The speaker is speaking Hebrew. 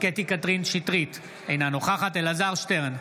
קטי קטרין שטרית, אינה נוכחת אלעזר שטרן,